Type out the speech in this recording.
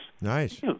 Nice